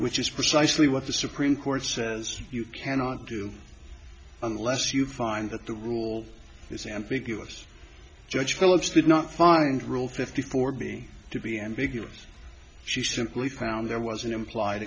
which is precisely what the supreme court says you cannot do unless you find that the rule is and figure as judge phillips did not find rule fifty four b to be ambiguous she simply found there was an implied